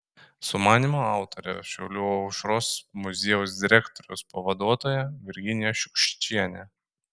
sumanymo autorė šiaulių aušros muziejaus direktoriaus pavaduotoja virginija šiukščienė